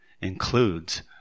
includes